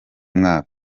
mwaka